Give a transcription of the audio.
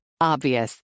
Obvious